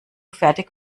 fertig